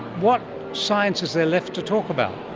what science is there left to talk about?